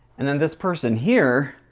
and then this person here,